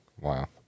Wow